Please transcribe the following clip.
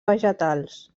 vegetals